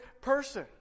person